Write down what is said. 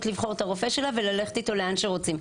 לבחור את הרופא שלה וללכת אתו לאן שרוצים.